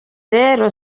rero